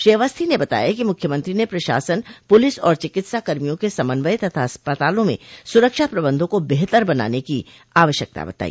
श्री अवस्थी ने बताया कि मुख्यमंत्री ने प्रशासन पुलिस और चिकित्सा कर्मियों के समन्वय तथा अस्पतालों में सुरक्षा प्रबंधों को बेहतर बनाने की आवश्यकता बताई